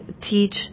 teach